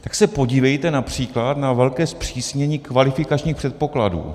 Tak se podívejte například na velké zpřísnění kvalifikačních předpokladů.